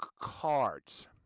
cards